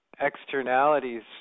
externalities